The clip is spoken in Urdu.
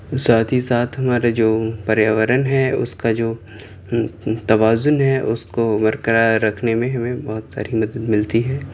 ساتھ ہی ساتھ ہمارے جو پریاورن ہے اس کا جو توازن ہے اس کو برقرار رکھنے میں ہمیں بہت ساری مدد ملتی ہے